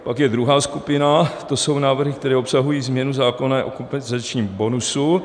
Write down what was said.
Pak je druhá skupina, to jsou návrhy, které obsahují změnu zákona o kompenzačním bonusu.